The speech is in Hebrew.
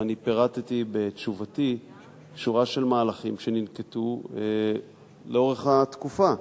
ואני פירטתי בתשובתי שורה של מהלכים שננקטו לאורך התקופה.